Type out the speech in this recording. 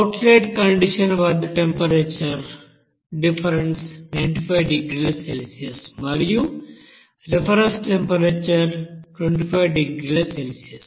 outlet condition వద్ద temperature difference 950 డిగ్రీల Celsius మరియు రిఫరెన్స్ టెంపరేచర్ 250 డిగ్రీల సెల్సియస్